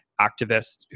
activists